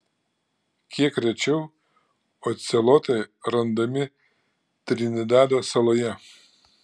kiek rečiau ocelotai randami trinidado saloje